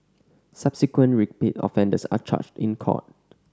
subsequent repeat offenders are charged in court